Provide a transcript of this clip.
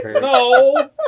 No